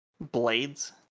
blades